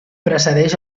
precedeix